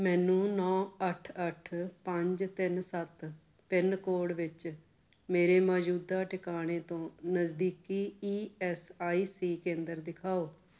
ਮੈਨੂੰ ਨੌ ਅੱਠ ਅੱਠ ਪੰਜ ਤਿੰਨ ਸੱਤ ਪਿੰਨ ਕੋਡ ਵਿੱਚ ਮੇਰੇ ਮੌਜੂਦਾ ਟਿਕਾਣੇ ਤੋਂ ਨਜ਼ਦੀਕੀ ਈ ਐੱਸ ਆਈ ਸੀ ਕੇਂਦਰ ਦਿਖਾਓ